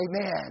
amen